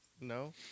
No